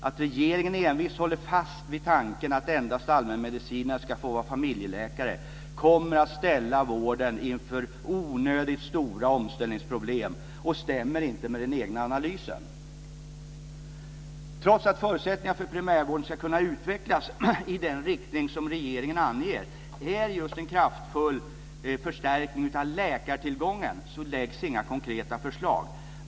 Att regeringen envist håller fast vid tanken att endast allmänmedicinare ska få vara familjeläkare kommer att ställa vården inför onödigt stora omställningsproblem och stämmer inte med den egna analysen. Trots att en förutsättning för att primärvården ska kunna utvecklas i den riktning som regeringen anger är just en kraftfull förstärkning av läkartillgången framläggs inga konkreta förslag.